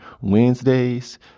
Wednesdays